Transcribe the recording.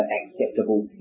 acceptable